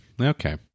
Okay